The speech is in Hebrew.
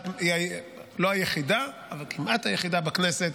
היא לא היחידה אבל כמעט היחידה בכנסת